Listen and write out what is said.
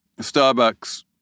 Starbucks